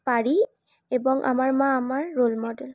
পারি এবং আমার মা আমার রোল মডেল